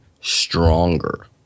stronger